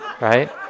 right